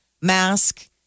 mask